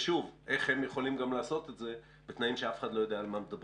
ושוב: איך הם יכולים לעשות את זה בתנאים שאף אחד לא יודע על מה מדברים?